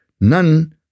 none